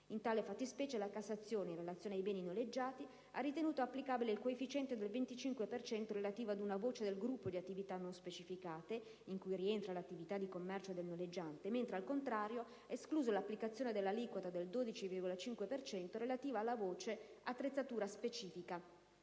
In tale fattispecie la Cassazione, in relazione ai beni noleggiati, ha ritenuto applicabile il coefficiente del 25 per cento relativo ad una voce del «gruppo di attività non specificate» (in cui rientra l'attività di commercio del noleggiante), mentre - al contrario - ha escluso l'applicazione dell'aliquota del 12,5 per cento relativa alla voce «attrezzatura specifica»,